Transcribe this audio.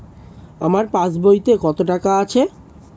আমার পাস বইতে কত টাকা আছে?